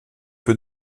peu